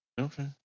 Okay